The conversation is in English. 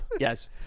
Yes